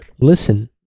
Listen